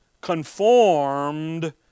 Conformed